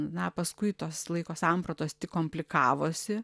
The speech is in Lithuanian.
na paskui tos laiko sampratos tik komplikavosi